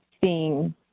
seeing